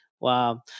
Wow